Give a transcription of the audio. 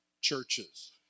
churches